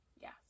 Yes